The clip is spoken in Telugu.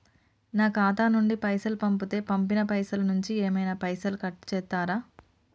నా ఖాతా నుండి పైసలు పంపుతే పంపిన పైసల నుంచి ఏమైనా పైసలు కట్ చేత్తరా?